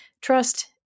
trust